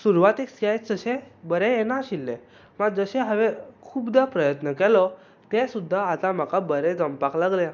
सुरवातेक स्कॅच तशे बरे येनाशिल्ले बट जशे हांवें खूबदा प्रयत्न केलो तें सुद्दा आतां म्हाका बरें जमपाक लागलें